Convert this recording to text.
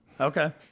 Okay